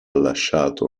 lasciato